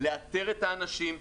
לאתר את האנשים,